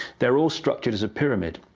they're all structured as a pyramid.